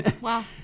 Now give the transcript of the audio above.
Wow